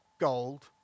gold